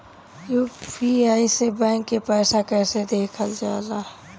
UPI से bank के पैसा कैसे देखल जाला?